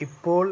ഇപ്പോൾ